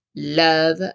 love